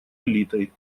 элитой